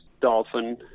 Dolphin